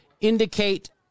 indicate